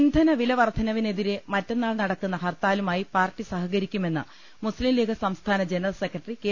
ഇന്ധന വിലവർദ്ധനവിനെതിരെ മറ്റന്നാൾ നടക്കുന്ന ഹർത്താലുമായി പാർട്ടി സഹകരിക്കുമെന്ന് മുസ്ലിംലീഗ് സംസ്ഥാന് ജനറൽ സെക്രട്ടറി കെ